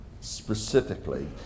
specifically